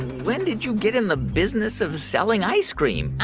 when did you get in the business of selling ice cream?